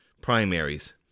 primaries